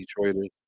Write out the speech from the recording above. Detroiters